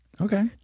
Okay